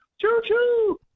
Choo-choo